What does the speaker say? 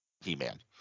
He-Man